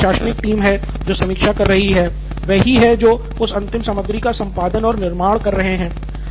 यहाँ एक प्रशासनिक टीम है जो समीक्षा कर रही है वे ही हैं जो उस अंतिम सामग्री का संपादन और निर्माण कर रहे हैं